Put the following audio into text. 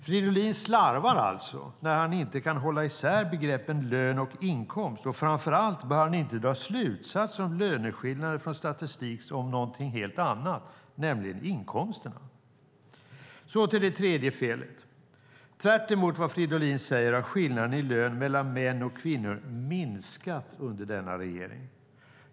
Fridolin slarvar när han inte håller isär begreppen lön och inkomst, och framför allt bör han inte dra slutsatser om löneskillnader från statistik som gäller något helt annat, nämligen inkomster. Så till tredje felet. Tvärtemot vad Fridolin säger har skillnaden i lön mellan män och kvinnor minskat under denna regering.